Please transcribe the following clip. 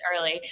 early